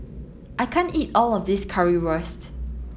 I can't eat all of this Currywurst